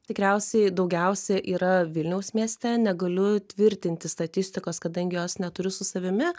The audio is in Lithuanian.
tikriausiai daugiausia yra vilniaus mieste negaliu tvirtinti statistikos kadangi jos neturi su savimi